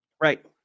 right